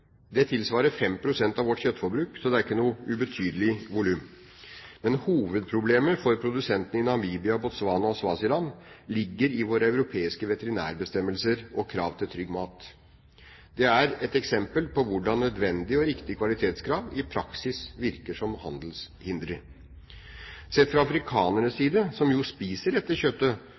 Det tilsvarer 5 pst. av vårt kjøttforbruk, så det er ikke et ubetydelig volum. Hovedproblemet for produsentene i Namibia, Botswana og Swaziland ligger i våre europeiske veterinærbestemmelser og krav til trygg mat. Det er et eksempel på hvordan nødvendige og riktige kvalitetskrav i praksis virker som handelshindringer. For afrikanerne, som jo spiser dette kjøttet